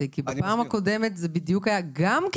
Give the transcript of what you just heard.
זה גם לא מדויק,